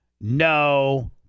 no